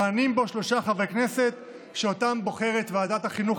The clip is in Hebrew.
מכהנים בה שלושה חברי כנסת שאותם בוחרת ועדת החינוך,